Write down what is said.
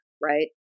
right